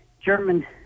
German